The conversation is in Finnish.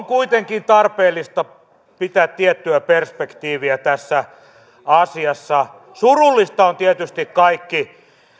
kuitenkin tarpeellista pitää tiettyä perspektiiviä tässä asiassa surullista on tietysti tehdä kaikki